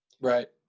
Right